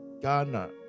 Ghana